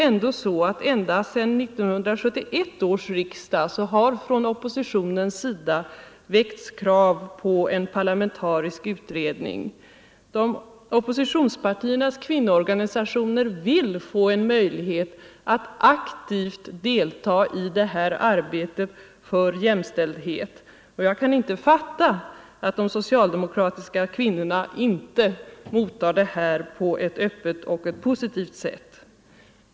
Ända sedan 1971 års riksdag har oppositionen ställt krav på en parlamentarisk utredning. Oppositionspartiernas kvinnoorganisationer vill få en möjlighet att aktivt delta i arbetet för jämställdhet. Jag kan inte fatta att de socialdemokratiska kvinnorna inte tar emot detta på ett öppet och positivt sätt.